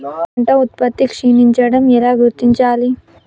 పంట ఉత్పత్తి క్షీణించడం ఎలా గుర్తించాలి?